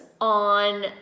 on